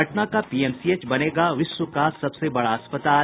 पटना का पीएमसीएच बनेगा विश्व का सबसे बड़ा अस्पताल